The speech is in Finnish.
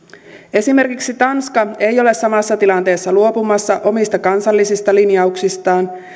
esimerkiksi tanska ei ole samassa tilanteessa luopumassa omista kansallisista linjauksistaan